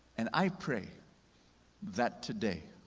and i pray that today,